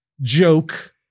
joke